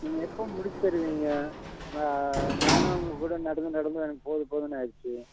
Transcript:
நீங்கள் எப்போது முடித்து தருவீங்க நானும் உங்கள்கூட நடந்து நடந்து எனக்கு போதும் போதுமுன்னு ஆகிருச்சி